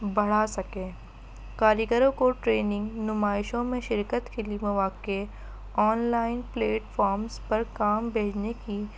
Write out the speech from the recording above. بڑھا سکیں کاریگروں کو ٹرینگ نمائشوں میں شرکت کے لیے مواقع آن لائن پلیٹفارمس پر کام بھیجنے کی